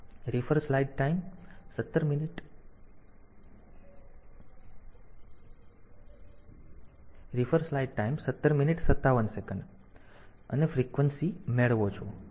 અને frequency frequency આવર્તન મેળવો છો